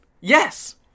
Yes